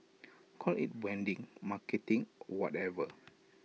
call IT branding marketing or whatever